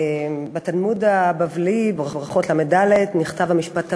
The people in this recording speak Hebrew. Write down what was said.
בתלמוד הבבלי, ברכות דף ל"ד, נכתב המשפט הבא: